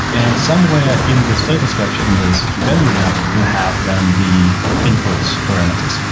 and somewhere in this data structure, in this key value map, you have then the inputs parameters.